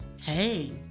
Hey